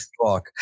talk